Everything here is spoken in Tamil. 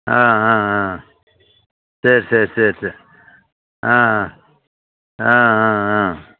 ஆ ஆ ஆ சரி சரி சரி சே ஆ ஆ ஆ ஆ